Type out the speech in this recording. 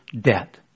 debt